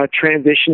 transition